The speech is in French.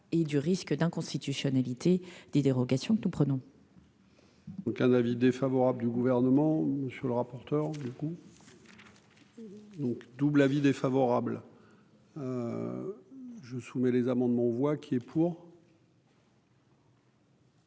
et du risque d'inconstitutionnalité des dérogations que nous prenons. Donc un avis défavorable du gouvernement, monsieur le rapporteur. Le coup. Donc double avis défavorable je soumets les amendements voix qui est pour.